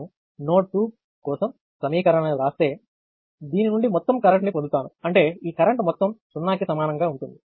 నేను నోడ్ 2 కోసం సమీకరణాన్ని వ్రాస్తే దీని నుండి మొత్తం కరెంట్ని పొందుతాను అంటే ఈ కరెంట్ మొత్తం సున్నాకి సమానంగా ఉంటుంది